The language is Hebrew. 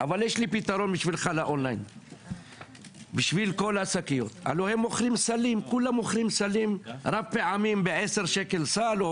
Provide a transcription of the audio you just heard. יש להם עם כספית בצורת כסף לדברים קרים כמו דברי חלב וכו'.